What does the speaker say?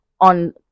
on